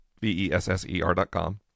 V-E-S-S-E-R.com